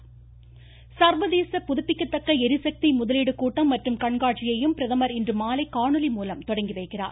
பிரதமர் எரிசக்தி சர்வதேச புதுப்பிக்கத்தக்க ளிசக்தி முதலீடு கூட்டம் மற்றும் கண்காட்சியையும் பிரதமர் இன்று மாலை காணொலி மூலம் தொடங்கி வைக்கிறார்